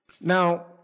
Now